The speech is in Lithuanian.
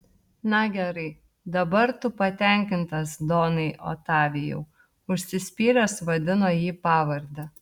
na gerai dabar tu patenkintas donai otavijau užsispyręs vadino jį pavarde